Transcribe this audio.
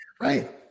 right